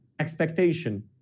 Expectation